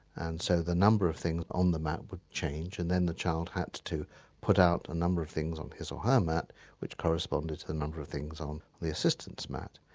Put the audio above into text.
and so the number of things on the mat would change and then the child would have to put out a number of things on his or her mat which corresponded to the number of things on the assistant's mat.